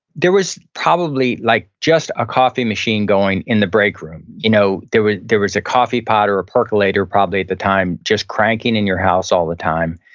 there was probably like just a coffee machine machine going in the break room. you know there was there was a coffee pot or a percolator probably at the time just cranking in your house all the time.